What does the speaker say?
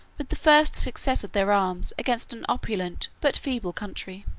with the first success of their arms against an opulent but feeble country.